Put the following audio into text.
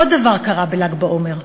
עוד דבר קרה בל"ג בעומר,